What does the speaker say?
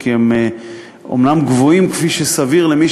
כי הם אומנם גבוהים מכפי שסביר לגבי מי